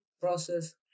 process